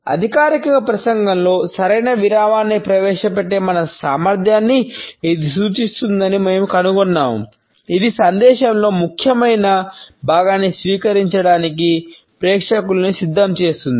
అధికారిక ప్రసంగంలో సరైన విరామాన్ని ప్రవేశపెట్టే మన సామర్థ్యాన్ని ఇది సూచిస్తుందని మేము కనుగొన్నాము ఇది సందేశంలో ముఖ్యమైన భాగాన్ని స్వీకరించడానికి ప్రేక్షకులను సిద్ధం చేస్తుంది